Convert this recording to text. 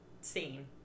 scene